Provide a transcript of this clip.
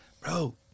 Bro